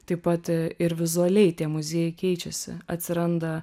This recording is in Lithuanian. taip pat ir vizualiai tie muziejai keičiasi atsiranda